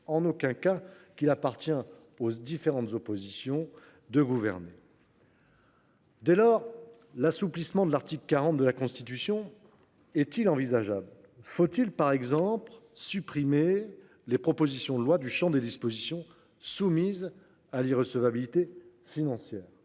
en aucun cas qu’il appartient aux oppositions de gouverner. Dès lors, l’assouplissement de l’article 40 de la Constitution est il envisageable ? Faut il par exemple supprimer les propositions de loi du champ des dispositions soumises à l’irrecevabilité financière ?